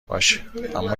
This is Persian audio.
باشه، اما